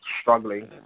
struggling